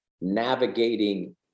navigating